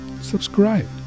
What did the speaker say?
subscribe